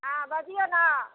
अहाँ बजियौ ने